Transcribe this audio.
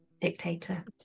dictator